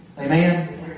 Amen